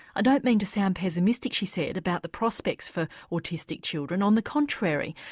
ah don't mean to sound pessimistic she said, about the prospects for autistic children. on the contrary,